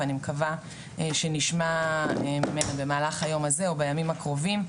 ואני מקווה שנשמע ממנה במהלך היום הזה או בימים הקרובים,